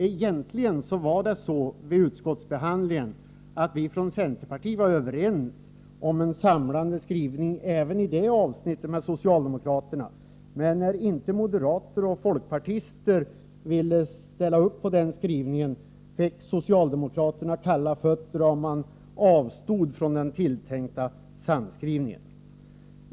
Egentligen var vi från centern även beträffande det avsnittet överens med socialdemokraterna om en samlande skrivning. Men då inte moderater och folkpartister ville ställa upp på denna skrivning, fick socialdemokraterna kalla fötter och avstod från den tilltänkta samskrivningen.